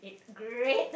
great